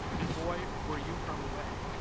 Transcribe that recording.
and, boy, were you from away.